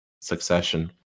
succession